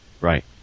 Right